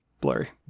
Blurry